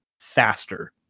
faster